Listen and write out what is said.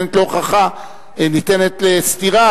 שניתנת לסתירה,